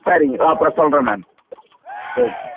சரிங்க அப்புறம் சொல்கிறேன் நான் சரி